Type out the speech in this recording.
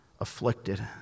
afflicted